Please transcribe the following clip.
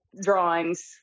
drawings